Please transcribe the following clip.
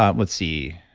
um let's see,